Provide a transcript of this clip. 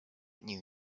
knew